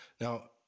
Now